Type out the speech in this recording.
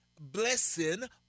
blessing